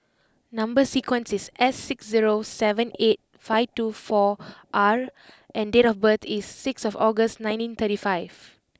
number sequence is S six zero seven eight five two four R and date of birth is sixth August nineteen thirty five